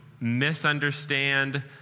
misunderstand